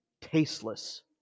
tasteless